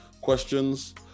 questions